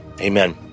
Amen